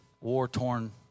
war-torn